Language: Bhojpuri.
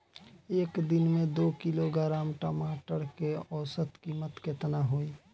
एक दिन में दो किलोग्राम टमाटर के औसत कीमत केतना होइ?